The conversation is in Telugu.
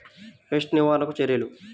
పెస్ట్ నివారణకు చర్యలు?